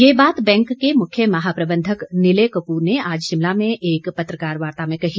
ये बात बैंक के मुख्य महाप्रबंधक निलय कपूर ने आज शिमला में एक पत्रकार वार्ता में कही